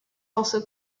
also